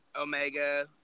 Omega